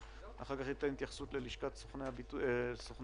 אחר כך נאפשר התייחסות ללשכת סוכני הביטוח